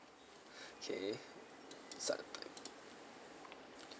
okay start the time